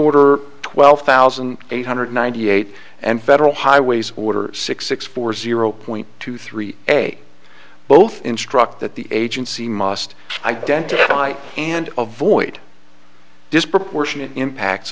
order twelve thousand eight hundred ninety eight and federal highways order six six four zero point two three eight both instruct that the agency must identify and avoid disproportionate impact